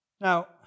Now